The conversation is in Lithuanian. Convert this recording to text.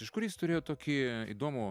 iš kur jis turėjo tokį įdomų